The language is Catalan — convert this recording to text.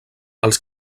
els